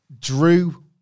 Drew